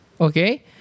Okay